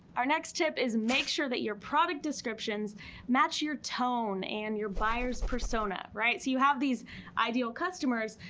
our next tip is make sure that your product descriptions match your tone and your buyer's persona, right? so you have these ideal customers.